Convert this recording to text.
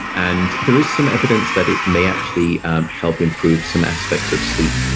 and there is some evidence that it may actually help improve some aspects of sleep,